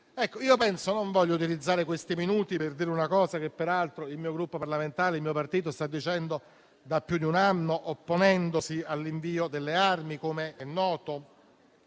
di persone. Non voglio utilizzare questi minuti per dire una cosa che peraltro il mio Gruppo parlamentare e il mio partito stanno dicendo da più di un anno, opponendosi all'invio delle armi, com'è noto.